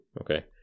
Okay